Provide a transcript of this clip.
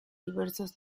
diversos